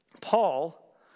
Paul